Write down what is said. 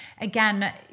Again